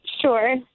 Sure